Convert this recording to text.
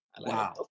wow